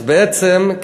אז בעצם,